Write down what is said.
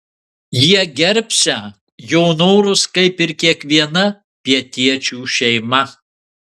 jie gerbsią jo norus kaip ir kiekviena pietiečių šeima